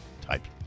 type